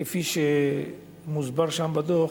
כפי שמוסבר שם בדוח,